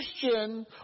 Christian